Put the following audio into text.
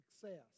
success